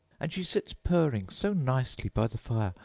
and she sits purring so nicely by the fire,